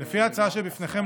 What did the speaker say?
לפי ההצעה שבפניכם,